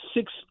six